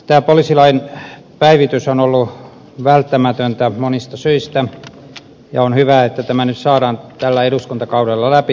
tämä poliisilain päivitys on ollut välttämätöntä monista syistä ja on hyvä että tämä nyt saadaan tällä eduskuntakaudella läpi